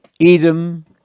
Edom